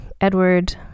Edward